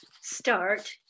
start